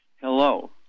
Hello